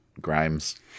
Grimes